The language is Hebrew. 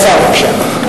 אדוני השר, בבקשה.